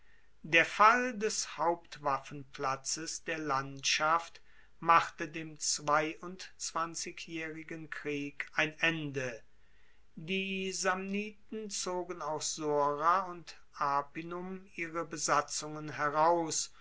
der fall des hauptwaffenplatzes der landschaft machte dem zweiundzwanzigjaehrigen krieg ein ende die samniten zogen aus sora und arpinum ihre besatzungen heraus